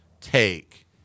take